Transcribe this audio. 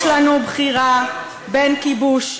יש לנו בחירה בין כיבוש,